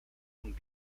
und